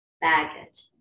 baggage